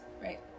right